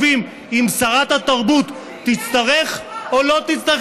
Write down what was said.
הם קובעים אם שרת התרבות תצטרך או לא תצטרך